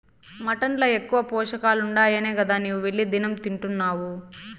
mutton ల ఎక్కువ పోషకాలుండాయనే గదా నీవు వెళ్లి దినం తింటున్డావు